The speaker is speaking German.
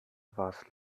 was